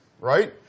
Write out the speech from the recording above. Right